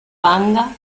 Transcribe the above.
banda